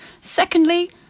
Secondly